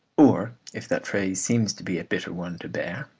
or if that phrase seems to be a bitter one to bear,